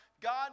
God